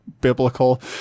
biblical